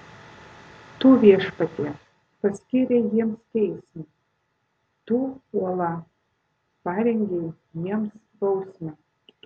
tu viešpatie paskyrei jiems teismą tu uola parengei jiems bausmę